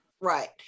right